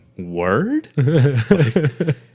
word